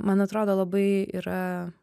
man atrodo labai yra